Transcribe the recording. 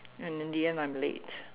and in the end I'm late